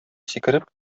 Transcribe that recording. сикереп